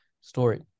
story